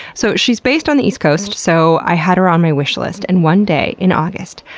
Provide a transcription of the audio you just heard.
so she's based on the east coast, so i had her on my wish list. and one day in august,